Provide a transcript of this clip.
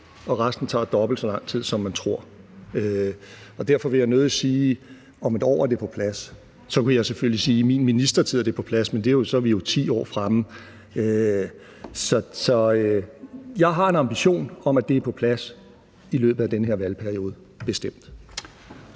og resten tager dobbelt så lang tid, som man tror, og derfor vil jeg nødig sige: Om 1 år er det på plads. Så kunne jeg selvfølgelig sige: I min ministertid er det på plads – men så er vi jo 10 år fremme. Jeg har en ambition om, at det er på plads i løbet af den her valgperiode, bestemt.